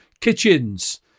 kitchens